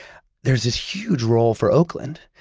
there's this huge role for oakland.